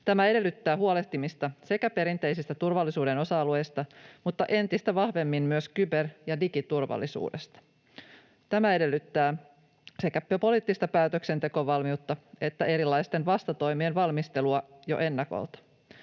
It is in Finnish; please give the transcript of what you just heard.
Tämä edellyttää huolehtimista sekä perinteisistä turvallisuuden osa-alueista että entistä vahvemmin myös kyber- ja digiturvallisuudesta. Tämä edellyttää sekä poliittista päätöksentekovalmiutta että erilaisten vastatoimien valmistelua jo ennakolta.